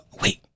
wait